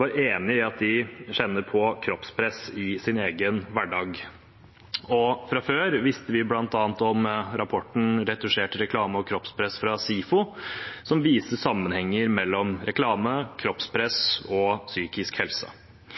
var enig i at de kjenner på kroppspress i sin egen hverdag. Fra før visste vi bl.a. om rapporten Retusjert reklame og kroppspress fra SIFO, som viser sammenhenger mellom reklame, kroppspress og psykisk helse.